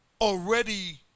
already